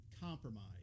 compromise